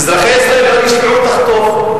אזרחי ישראל לא ישמעו אותך טוב.